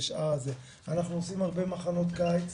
אנחנו עושים הרבה מחנות קיץ